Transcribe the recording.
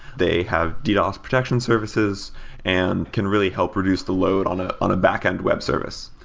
they have ddos protection services and can really help reduce the load on ah on a backend web service.